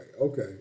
Okay